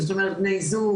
זאת אומרת בני זוג,